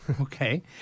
Okay